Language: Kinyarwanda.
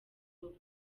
over